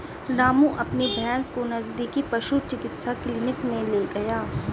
रामू अपनी भैंस को नजदीकी पशु चिकित्सा क्लिनिक मे ले गया